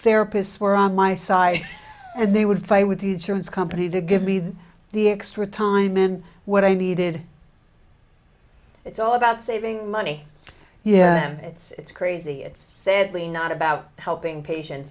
therapists were on my side and they would fight with the insurance company to give me the the extra time and what i needed it's all about saving money yeah it's crazy it's sadly not about helping patients